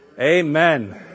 Amen